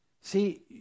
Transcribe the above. See